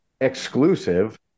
exclusive